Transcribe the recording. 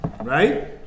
Right